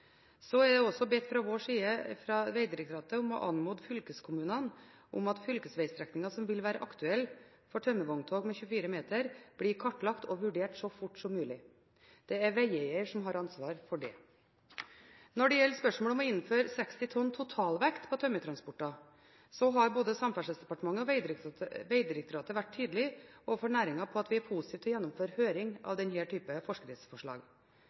Så er også Vegdirektoratet fra vår side blitt bedt om å anmode fylkeskommunene om at fylkesvegstrekninger som vil være aktuelle for tømmervogntog med 24 meter lengde, blir kartlagt og vurdert så fort som mulig. Det er vegeier som har ansvar for det. Når det gjelder spørsmålet om å innføre 60 tonn totalvekt på tømmertransporter, har både Samferdselsdepartementet og Vegdirektoratet vært tydelig overfor næringen på at vi er positive til å gjennomføre høring av denne typen forskriftsforslag.